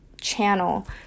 channel